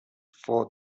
fought